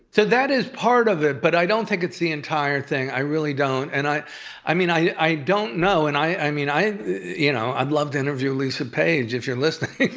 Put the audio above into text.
so that is part of it, but i don't think it's the entire thing. i really don't. and i i mean, i i don't know, and i mean, you know i'd love to interview lisa page, if you're listening.